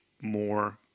more